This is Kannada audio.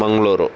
ಮಂಗಳೂರು